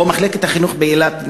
או מחלקת החינוך באילת,